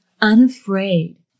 unafraid